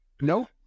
Nope